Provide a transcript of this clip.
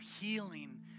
healing